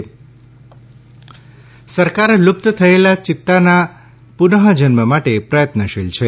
જાવડેકર ચિત્તા સરકાર લુપ્ત થયેલા યિત્તાના પુનઃજન્મ માટે પ્રયત્નશીલ છે